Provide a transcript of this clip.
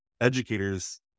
Educators